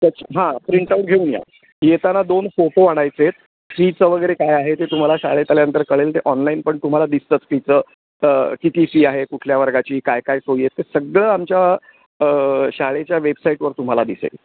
त्याची हां प्रिंटआउट घेऊन या येताना दोन फोटो आणायचे फीचं वगैरे काय आहे ते तुम्हाला शाळेतल्यानंतर कळेल ते ऑनलाईन पण तुम्हाला दिसतंच फीचं किती फी आहे कुठल्या वर्गाची काय काय सोई आहेत ते सगळं आमच्या शाळेच्या वेबसाईटवर तुम्हाला दिसेल